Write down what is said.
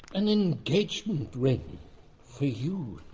an engagement ring. for you,